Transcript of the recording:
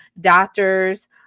Doctors